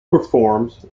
performs